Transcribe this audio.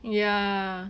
ya